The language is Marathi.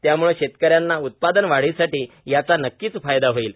त्यामुळे शेतक यांना उत्पादन वाढीसाठी याचा नक्कीच फायदा होईल